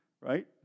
right